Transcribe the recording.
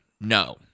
No